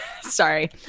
Sorry